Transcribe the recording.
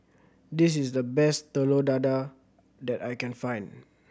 this is the best Telur Dadah that I can find